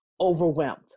overwhelmed